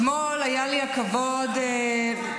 אתמול היה לי הכבוד לארח,